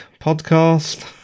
Podcast